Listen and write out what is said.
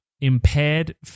impaired